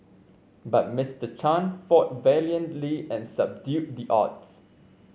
but Mister Chan fought valiantly and subdued the odds